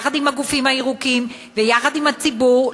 יחד עם הגופים הירוקים ויחד עם הציבור,